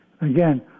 Again